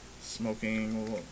Smoking